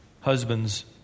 husband's